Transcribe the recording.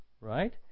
right